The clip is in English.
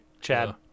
Chad